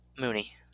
Mooney